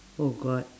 oh God